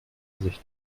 sich